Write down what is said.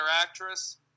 actress